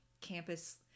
campus